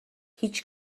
هیچ